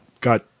got –